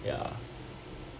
ya